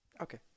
Okay